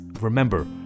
remember